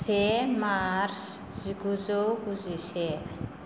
से मार्स जिगुजौ गुजिसे